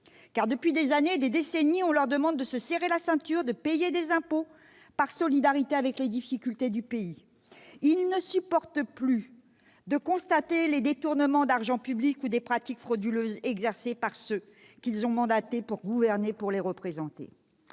: depuis des années, des décennies, on leur demande de se serrer la ceinture, de payer des impôts pour régler les difficultés du pays. Ils ne supportent plus de constater les détournements d'argent public ou les pratiques frauduleuses commis par ceux qu'ils ont mandatés pour gouverner, pour les représenter.